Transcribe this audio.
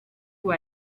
who